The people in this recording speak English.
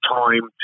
time